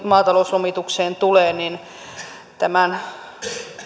maatalouslomitukseen tulee niin tämän